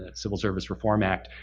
ah civil service reform act,